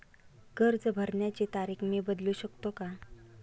कर्ज भरण्याची तारीख मी बदलू शकतो का?